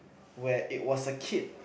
where it was a kid